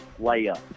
layup